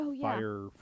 fire